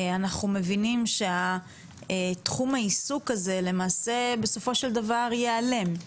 אנחנו מבינים שתחום העיסוק הזה למעשה בסופו של דבר ייעלם.